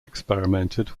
experimented